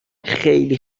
خیلی